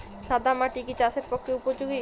সাদা মাটি কি চাষের পক্ষে উপযোগী?